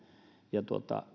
ja